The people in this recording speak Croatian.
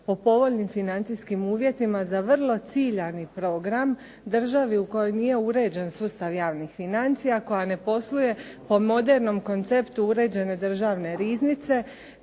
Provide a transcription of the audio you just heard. po povoljnim financijskim uvjetima za vrlo ciljani program, državi u kojoj nije uređen sustav javnih financija, koja ne posluje po modernom konceptu uređene državne riznice,